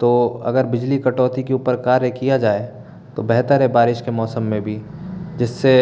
तो अगर बिजली कटौती के ऊपर कार्य किया जाए तो बेहतर है बारिश के मौसम में भी जिससे